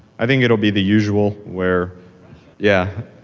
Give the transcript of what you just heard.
i think it'll be the usual where yeah,